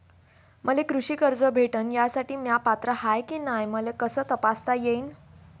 मले कृषी कर्ज भेटन यासाठी म्या पात्र हाय की नाय मले कस तपासता येईन?